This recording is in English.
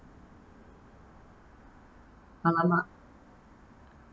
!alamak!